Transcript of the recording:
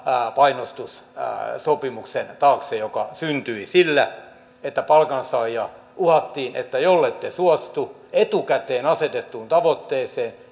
painostussopimuksen taakse joka syntyi sillä että palkansaajia uhattiin että jollette suostu etukäteen asetettuun tavoitteeseen